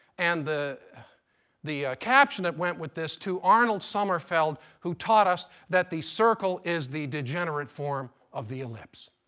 and the the caption that went with this, to arnold sommerfeld, who taught us that the circle is the degenerate form of the ellipse.